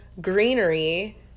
greenery